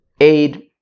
aid